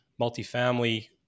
multifamily